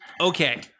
Okay